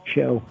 Show